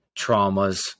traumas